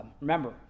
Remember